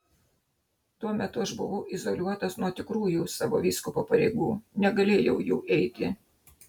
tuo metu aš buvau izoliuotas nuo tikrųjų savo vyskupo pareigų negalėjau jų eiti